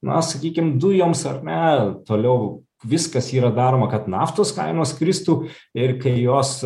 na sakykim dujoms ar ne toliau viskas yra daroma kad naftos kainos kristų ir kai jos